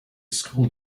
school